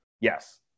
Yes